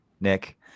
nick